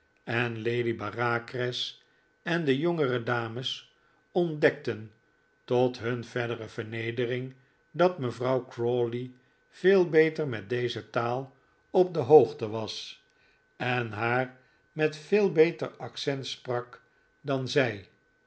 en lady bareacres en de jongere dames ontdekten tot hun verdere vernedering dat mevrouw crawley veel beter met deze taal op de hoogte was en haar met veel beter accent sprak dan zij